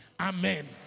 amen